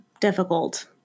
difficult